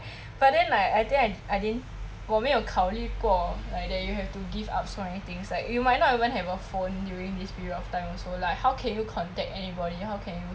but then like I think I I didn't 我没有考虑过 like that you have to give up so many things like you might not even have a phone during this period of time also like how can you contact anybody you how can you